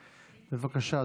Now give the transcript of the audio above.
מס' 1615. בבקשה,